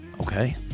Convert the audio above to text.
Okay